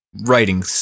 writing